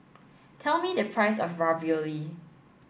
tell me the price of Ravioli